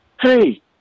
Hey